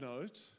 note